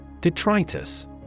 Detritus